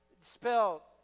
spell